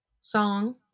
song